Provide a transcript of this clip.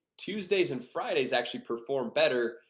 tuesdays and fridays actually perform better,